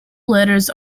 letters